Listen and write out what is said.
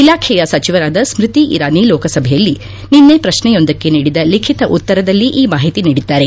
ಇಲಾಖೆಯ ಸಚಿವರಾದ ಸ್ಮತಿ ಇರಾನಿ ಲೋಕಸಭೆಯಲ್ಲಿ ನಿನ್ನೆ ಪ್ರಶ್ನೆಯೊಂದಕ್ಕೆ ನೀಡಿದ ಲಿಖಿತ ಉತ್ತರದಲ್ಲಿ ಈ ಮಾಹಿತಿ ನೀಡಿದ್ದಾರೆ